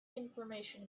information